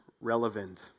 relevant